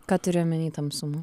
ką turi omeny tamsumu